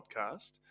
podcast